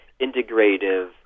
integrative